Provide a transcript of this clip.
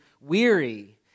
weary